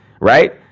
right